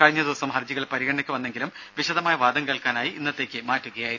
കഴിഞ്ഞ ദിവസം ഹർജികൾ പരിഗണനയ്ക്ക് വന്നെങ്കിലും വിശദമായ വാദം കേൾക്കാനായി ഇന്നത്തേക്ക് മാറ്റുകയായിരുന്നു